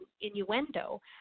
innuendo